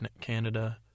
Canada